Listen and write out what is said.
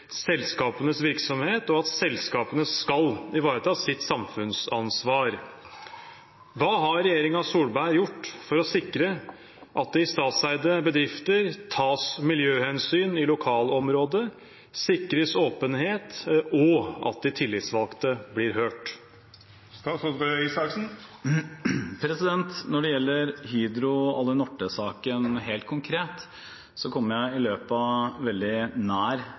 virksomhet, og at selskapene skal ivareta sitt samfunnsansvar. Hva har regjeringen Solberg gjort for å sikre at det i statseide bedrifter tas miljøhensyn i lokalområdet, for å sikre åpenhet, og for at tillitsvalgte blir hørt?» Når det gjelder Hydro–Alunorte-saken helt konkret, kommer jeg i løpet av veldig